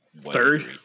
third